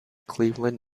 cleveland